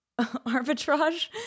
arbitrage